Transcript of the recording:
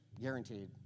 Guaranteed